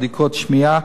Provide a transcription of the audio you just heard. בדיקות שמיעה,